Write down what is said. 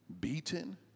beaten